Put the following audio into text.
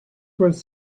was